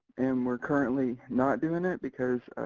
and we're currently not doing it because